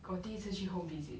我第一次去 home visit